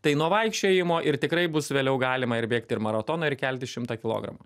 tai nuo vaikščiojimo ir tikrai bus vėliau galima ir bėgt ir maratoną ir kelti šimtą kilogramų